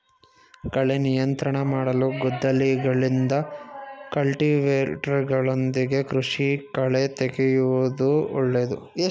ಕಳೆ ನಿಯಂತ್ರಣ ಮಾಡಲು ಗುದ್ದಲಿಗಳಿಂದ, ಕಲ್ಟಿವೇಟರ್ಗಳೊಂದಿಗೆ ಕೃಷಿ ಕಳೆತೆಗೆಯೂದು ಒಳ್ಳೇದು